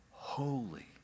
holy